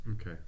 Okay